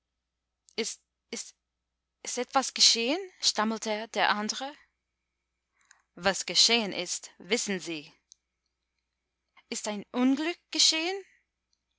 ist ist etwas geschehen stammelte der andre was geschehen ist wissen sie ist ein unglück geschehen